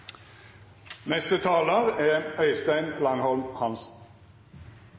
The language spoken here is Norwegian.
Neste talar er Svein Roald Hansen.